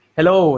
Hello